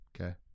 Okay